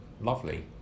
lovely